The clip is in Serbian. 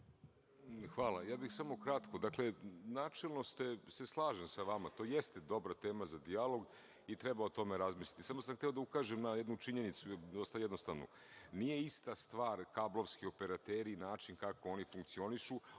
Hvala. Samo bih kratko. Načelno se slažem sa vama, to jeste dobra tema za dijalog i treba o tome razmisliti. Samo sam hteo da ukažem na jednu činjenicu dosta jednostavnu. Nije ista stvar kablovski operateri i način kako oni funkcionišu